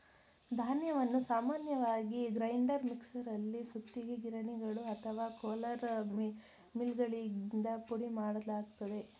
ಧಾನ್ಯವನ್ನು ಸಾಮಾನ್ಯವಾಗಿ ಗ್ರೈಂಡರ್ ಮಿಕ್ಸರಲ್ಲಿ ಸುತ್ತಿಗೆ ಗಿರಣಿಗಳು ಅಥವಾ ರೋಲರ್ ಮಿಲ್ಗಳಿಂದ ಪುಡಿಮಾಡಲಾಗ್ತದೆ